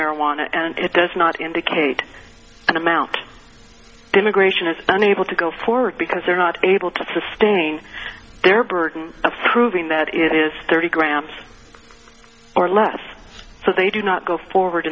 marijuana and it does not indicate an amount them aggression is unable to go forward because they're not able to sustain their burden of proving that it is thirty grams or less so they do not go forward